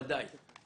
בוודאי במושב הזה,